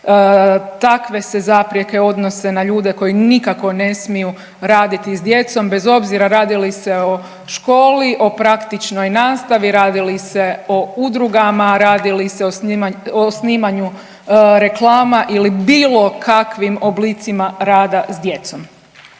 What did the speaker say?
Takve se zaprjeke odnose na ljude koji nikako ne smiju raditi s djecom, bez obzira radi li se o školi, o praktičnoj nastavi, radi li se o udrugama, radi li se o snimanju reklama ili bilo kakvim oblicima rada s djecom.